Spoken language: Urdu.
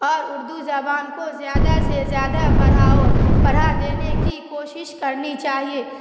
اور اردو زبان کو زیادہ سے زیادہ پڑھاؤ پڑھا دینے کی کوشش کرنی چاہیے